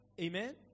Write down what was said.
Amen